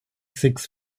six